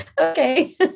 okay